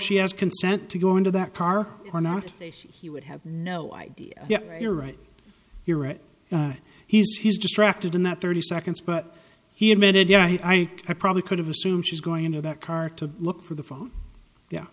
she has consent to go into that car or not he would have no idea yeah you're right you're right he's he's distracted in that thirty seconds but he admitted you know i probably could have assumed she's going into that car to look for the phone yeah